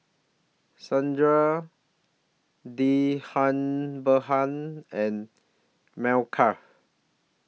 Sundar Dhirubhai and Milkha